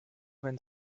wenn